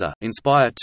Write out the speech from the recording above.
Inspire